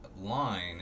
line